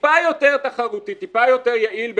טיפה יותר תחרותי, טיפה יותר יעיל במשהו,